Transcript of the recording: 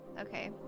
Okay